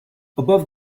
above